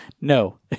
no